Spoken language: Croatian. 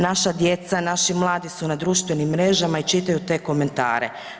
Naša djeca, naši mladi su na društvenim mrežama i čitaju te komentare.